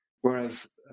Whereas